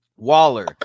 waller